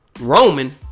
Roman